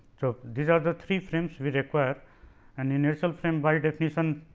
so, these are the three frames we require and inertial frame by definition